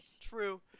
True